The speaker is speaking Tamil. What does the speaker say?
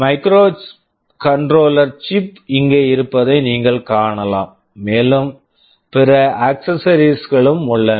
மைக்ரோகண்ட்ரோலர் சிப் microcontroller chip இங்கே இருப்பதை நீங்கள் காணலாம் மேலும் பிற அக்செஸ்செரிஸ் accessories களும் உள்ளன